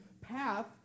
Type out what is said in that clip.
path